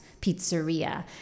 Pizzeria